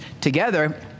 together